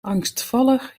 angstvallig